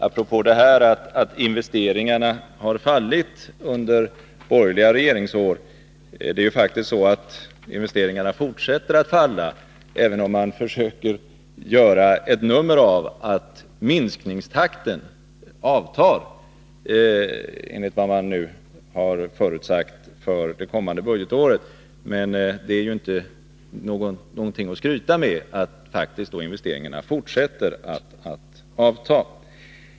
Apropå detta att investeringarna fallit under borgerliga regeringsår, så är det ju faktiskt på det sättet att investeringarna fortsätter att falla, även om man försöker göra ett nummer av att minskningstakten avtar, enligt vad som förutsagts för det kommande budgetåret. Det är ju inte någonting att skryta med att investeringarna faktiskt fortsätter att avta.